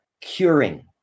curing